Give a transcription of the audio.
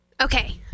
Okay